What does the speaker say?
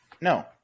no